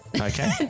Okay